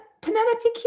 Penelope